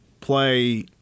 play